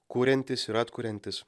kuriantis ir atkuriantis